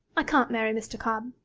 i can't marry mr. cobb.